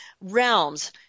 realms